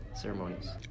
ceremonies